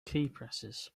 keypresses